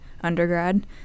undergrad